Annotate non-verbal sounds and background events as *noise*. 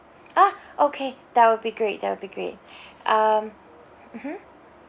ah *breath* okay that will be great that will be great *breath* um